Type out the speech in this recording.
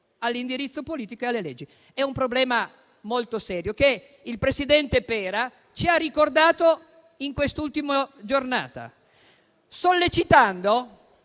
all'indirizzo politico e alle leggi. È un problema molto serio che il presidente Pera ci ha ricordato in quest'ultima giornata, sollecitando